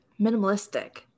minimalistic